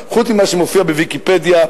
חוץ ממה שמופיע ב"ויקיפדיה",